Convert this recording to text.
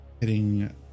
hitting